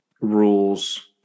rules